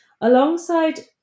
alongside